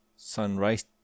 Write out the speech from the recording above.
Sunrise